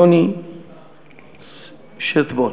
יוני שטבון.